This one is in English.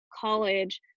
college